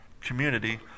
community